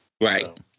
right